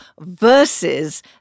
versus